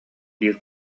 диир